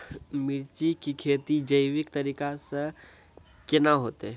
मिर्ची की खेती जैविक तरीका से के ना होते?